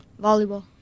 volleyball